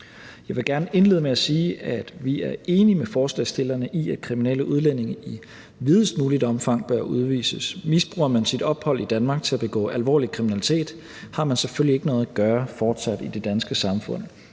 Jeg vil gerne indlede med at sige, at vi er enige med forslagsstillerne i, at kriminelle udlændinge i videst muligt omfang bør udvises. Misbruger man sit ophold i Danmark til at begå alvorlig kriminalitet, har man selvfølgelig ikke noget at gøre fortsat i det danske samfund.